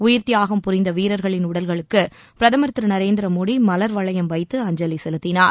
உயிர்த்தியாகம் புரிந்த வீரர்களின் உடல்களுக்கு பிரதமர் திரு நரேந்திர மோடி மலர் வளையம் வைத்து அஞ்சலி செலுத்தினார்